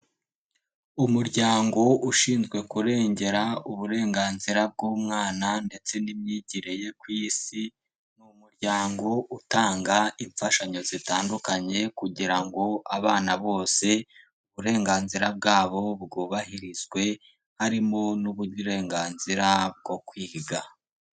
Umuryango ushinzwe kurengera uburenganzira bw'umwana ndetse n'imyigire ye ku Isi, ni umuryango utanga imfashanyo zitandukanye kugira ngo abana bose uburenganzira bwabo bwubahirizwe, harimo n'uburenganzira bwo kwiga.